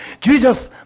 Jesus